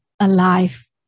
alive